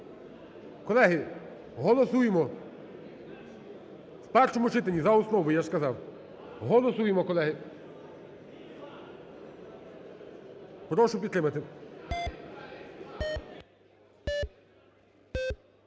Колеги, голосуємо. В першому читанні за основу, я ж сказав. Голосуємо, колеги. Прошу підтримати.